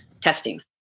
testing